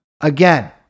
again